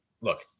look